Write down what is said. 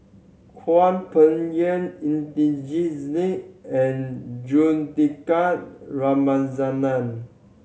Hwang Peng Yuan Singh and Juthika Ramanathan